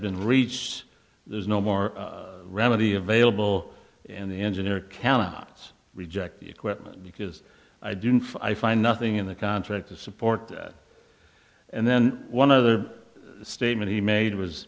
been reached there is no more remedy available and the engineer cannot reject the equipment because i didn't find nothing in the contract to support that and then one of the statement he made was